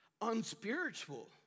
unspiritual